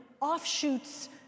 offshoots